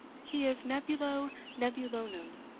he is nebulo nebulonum,